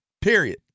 Period